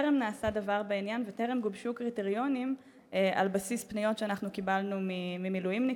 על בסיס פניות שאנחנו קיבלנו ממילואימניקים,